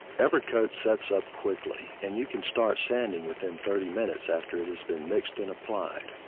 evercoat sets up quickly, and you can start sanding within thirty minutes after it has been mixed and applied.